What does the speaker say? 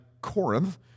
Corinth